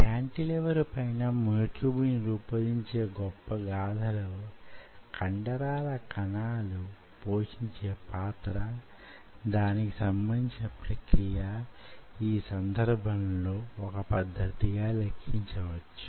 cantilever పైన myotube ని రూపొందించే గొప్ప గాథలో కండరాల కణాలు పోషించే పాత్ర దానికి సంబంధించిన ప్రక్రియ ఈ సందర్భంలో వొక పద్ధతిగా లెక్కించవచ్చు